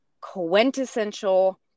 quintessential